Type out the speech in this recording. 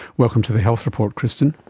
welcome to the health report, kristin.